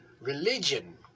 religion